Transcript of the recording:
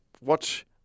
watch